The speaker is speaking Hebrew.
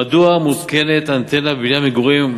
מדוע מותקנת אנטנה בבניין מגורים,